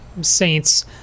saints